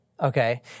Okay